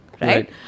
right